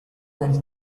del